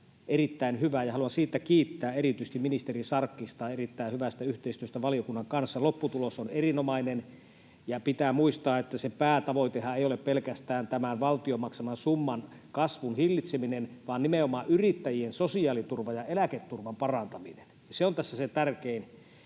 erittäin hyvä. Haluan siitä kiittää erityisesti ministeri Sarkkista erittäin hyvästä yhteistyöstä valiokunnan kanssa. Lopputulos on erinomainen. Pitää muistaa, että päätavoitehan ei ole pelkästään tämän valtion maksaman summan kasvun hillitseminen vaan nimenomaan yrittäjien sosiaaliturvan ja eläketurvan parantaminen. Se on tässä se tärkein.